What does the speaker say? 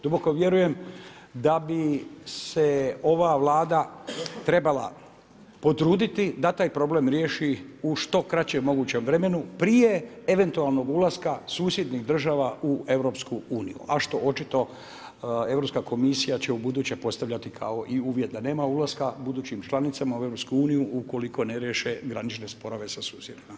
Duboko vjerujem da bi se ova Vlada trebala potruditi da taj problem riješi u što kraćem mogućem vremenu prije eventualnog ulaska susjednih država u EU a što očito Europska komisija će u buduće postavljati kao i uvjet, da nema ulaska budućim članicama u EU ukoliko ne riješe granične sporove sa susjedima.